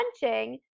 punching